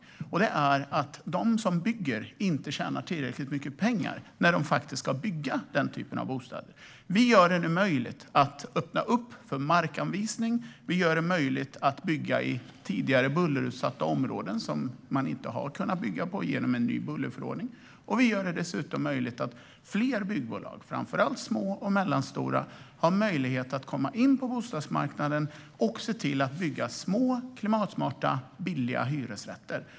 Det handlar om att de som bygger inte tjänar tillräckligt mycket pengar när de bygger den typen av bostäder. Vi gör det nu möjligt att öppna för markanvisning. Vi gör det möjligt att bygga i tidigare bullerutsatta områden, som man inte har kunnat bygga på, genom en ny bullerförordning. Vi gör det dessutom möjligt för fler byggbolag, framför allt små och mellanstora, att komma in på bostadsmarknaden och bygga små, klimatsmarta och billiga hyresrätter.